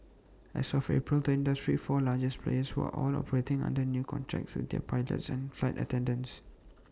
as of April the industry's four largest players were all operating under new contracts with their pilots and flight attendants